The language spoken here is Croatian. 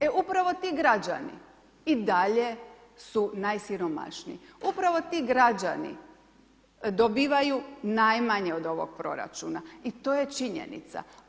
E, upravo ti građani i dalje su najsiromašniji, upravo ti građani dobivaju najmanje od ovoga proračuna i to je činjenica.